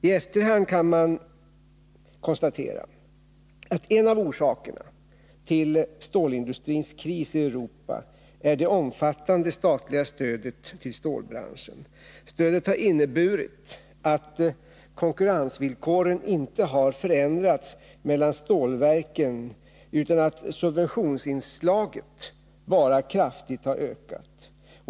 I efterhand kan man konstatera att en av orsakerna till stålindustrins kris i Europa är det omfattande statliga stödet till stålbranschen. Det stödet har inneburit att konkurrensvillkoren inte förändrats mellan stålverken, utan bara att subventionsinslaget bara kraftigt ökat.